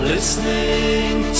Listening